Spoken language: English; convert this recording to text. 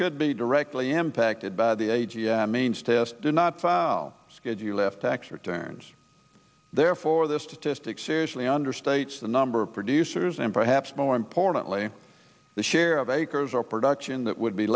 could be directly impacted by the a g m means test did not file schedule left tax returns therefore this statistic seriously understates the number of producers and perhaps more importantly the share of acres or production that would be